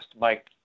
Mike